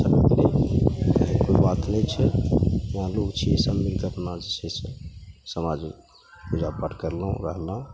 छेबै करै कोइ बात नहि छै मानलहुँ ओ चीज सभ मिलिके अपना जे छै से समाजमे पूजापाठ करलहुँ रहलहुँ